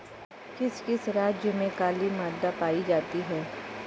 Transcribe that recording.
किस किस राज्य में काली मृदा पाई जाती है?